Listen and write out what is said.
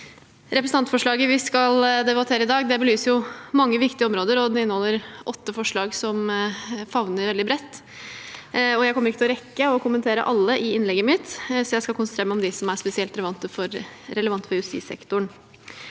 Representantforslaget vi debatterer i dag, belyser mange viktige områder, og det inneholder åtte forslag som favner veldig bredt. Jeg kommer ikke til å rekke å kommentere alle i innlegget mitt, så jeg skal konsentrere meg om dem som er spesielt relevante for justissektoren.